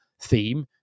theme